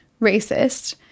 racist